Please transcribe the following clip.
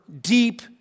deep